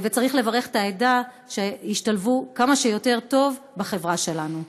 צריך לברך את העדה שישתלבו כמה שיותר טוב בחברה שלנו.